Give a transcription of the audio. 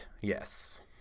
Yes